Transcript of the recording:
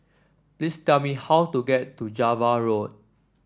please tell me how to get to Java Road